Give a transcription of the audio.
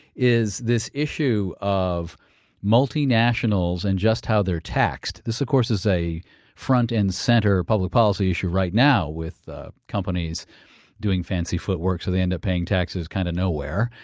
is this issue of multinationals and just how they're taxed. this of course is a front and center public policy issue right now with companies doing fancy footwork so they end up paying taxes kind of nowhere.